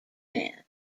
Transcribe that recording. man